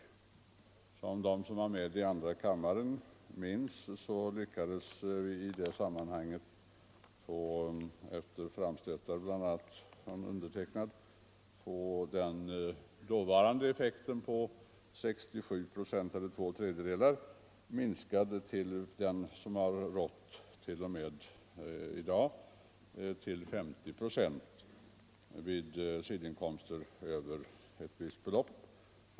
Som de som var med i andra kammaren minns lyckades vi genom framstötar från bl.a. mig själv få det dåvarande avdraget på 67 procent eller två tredjedelar av sidoinkomsten sänkt till den nivå som i dag gäller, dvs. 50 procent av sidoinkomster som överstiger ett visst belopp.